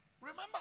Remember